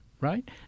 right